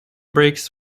brakes